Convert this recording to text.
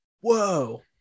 Whoa